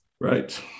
Right